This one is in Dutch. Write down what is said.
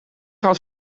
had